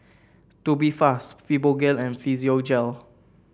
Tubifast Fibogel and Physiogel